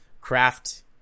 craft